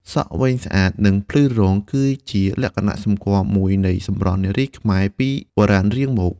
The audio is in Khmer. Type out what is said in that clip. សក់វែងស្អាត និងភ្លឺរលោងគឺជាលក្ខណៈសម្គាល់មួយនៃសម្រស់នារីខ្មែរពីបុរាណរៀងមក។